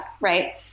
right